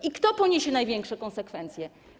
I kto poniesie największe konsekwencje?